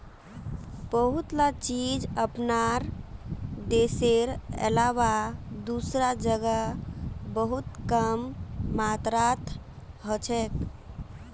बहुतला चीज अपनार देशेर अलावा दूसरा जगह बहुत कम मात्रात हछेक